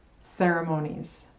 ceremonies